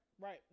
right